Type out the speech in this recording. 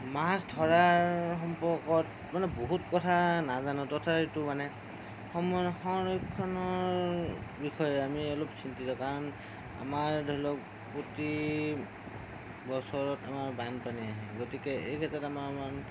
মাছ ধৰাৰ সম্পৰ্কত মানে বহুত কথা নাজানো তথাপিতো মানে সংৰক্ষণৰ বিষয়ে আমি অলপ চিন্তিত কাৰণ আমাৰ ধৰিলওক প্ৰতি বছৰত আমাৰ বানপানী আহে গতিকে এই ক্ষেত্ৰত আমাৰ অকমান